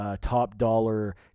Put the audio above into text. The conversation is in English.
top-dollar